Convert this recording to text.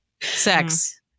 sex